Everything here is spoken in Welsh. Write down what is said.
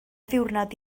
ddiwrnod